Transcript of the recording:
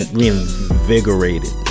reinvigorated